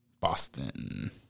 Boston